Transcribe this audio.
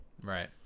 Right